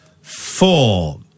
four